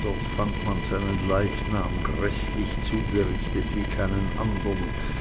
dort fand man seinen leichnam gräßlich zugerichtet wie keinen andern